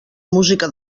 música